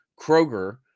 Kroger